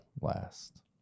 last